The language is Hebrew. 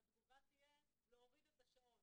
התגובה תהיה להוריד את השעות,